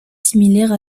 similaire